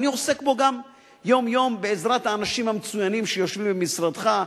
ואני עוסק בו יום-יום בעזרת האנשים המצוינים שיושבים במשרדך,